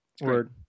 Word